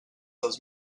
dels